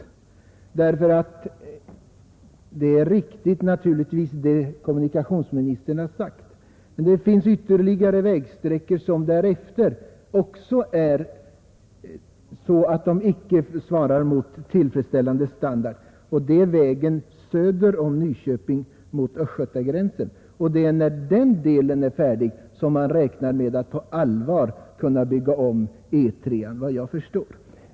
Vad kommunikationsministern har sagt är naturligtvis riktigt, men det finns ytterligare vägsträckor som inte är sådana, att de har tillfredsställande standard, bl.a. vägen söder om Nyköping mot östgötagränsen. Det är då den delen blir färdig som man räknar med att på allvar kunna bygga om E 3, såvitt jag förstår.